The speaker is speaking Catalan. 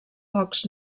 pocs